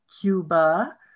Cuba